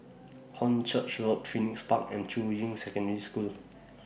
Hornchurch Road Phoenix Park and Juying Secondary School